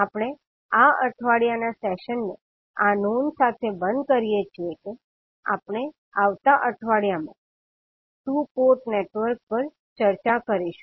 આપણે આ અઠવાડિયાના સેશન ને આ નોંધ સાથે બંધ કરીએ છીએ કે આપણે આવતા અઠવાડિયામાં 2 પોર્ટ નેટવર્ક પર ચર્ચા કરીશું